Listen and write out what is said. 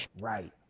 right